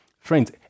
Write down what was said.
Friends